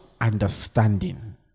understanding